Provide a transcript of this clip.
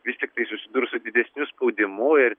vis tiktai susidurs su didesniu spaudimu ir